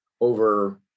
over